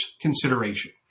consideration